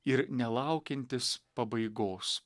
ir nelaukiantis pabaigos